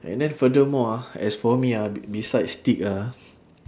and then furthermore ah as for me ah beside steak ah